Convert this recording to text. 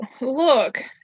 look